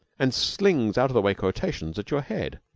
and slings out-of-the-way quotations at your head?